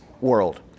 world